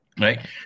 Right